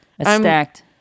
Stacked